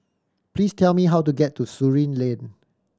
please tell me how to get to Surin Lane